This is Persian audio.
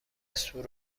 سور